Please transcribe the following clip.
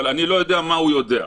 אבל אני לא יודע מה הוא כן יודע,